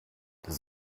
does